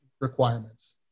requirements